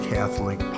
Catholic